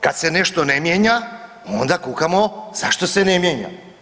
Kad se nešto ne mijenja, onda kukamo zašto se ne mijenja.